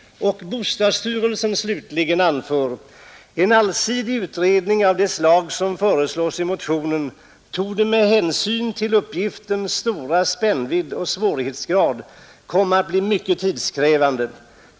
Bostadsstyrelsen slutligen anför: En allsidig utredning av det slag som föreslås i motionen torde med hänsyn till uppgiftens stora spännvidd och svårighetsgrad komma att bli mycket tidskrävande.